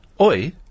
Oi